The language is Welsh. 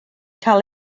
cael